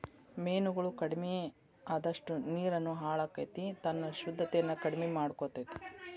ಮೇನುಗಳು ಕಡಮಿ ಅಅದಷ್ಟ ನೇರುನು ಹಾಳಕ್ಕತಿ ತನ್ನ ಶುದ್ದತೆನ ಕಡಮಿ ಮಾಡಕೊತತಿ